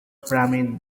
pyramid